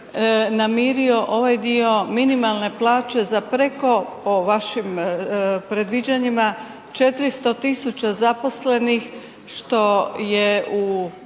namirio ovaj dio minimalne plaće za preko, po vašim predviđanjima, 400 000 zaposlenih što je u